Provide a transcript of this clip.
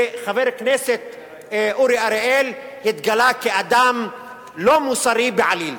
וחבר הכנסת אורי אריאל התגלה כאדם לא מוסרי בעליל.